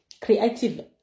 creative